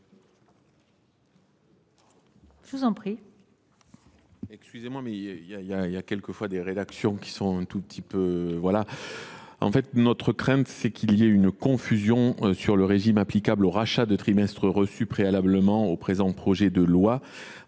Je vous en prie,